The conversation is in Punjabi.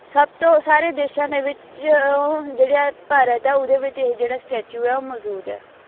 ਸਭ ਤੋਂ ਸਾਰੇ ਦੇਸ਼ਾਂ ਦੇ ਵਿੱਚ ਉਹ ਜਿਹੜਾ ਇਹ ਭਾਰਤ ਹੈ ਉਹ ਦੇ ਵਿੱਚ ਇਹ ਜਿਹੜਾ ਸਟੈਚੂ ਹੈ ਉਹ ਮੌਜੂਦ ਹੈ